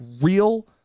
real